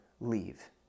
Leave